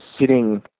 sitting